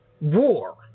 war